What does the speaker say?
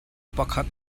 pakhat